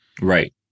Right